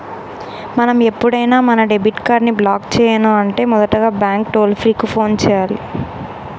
మనం ఎప్పుడైనా మన డెబిట్ కార్డ్ ని బ్లాక్ చేయను అంటే మొదటగా బ్యాంకు టోల్ ఫ్రీ కు ఫోన్ చేయాలి